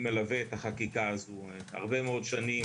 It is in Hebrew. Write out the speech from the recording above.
אני מלווה את החקיקה הזאת הרבה מאוד שנים.